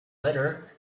later